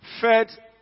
fed